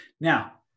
Now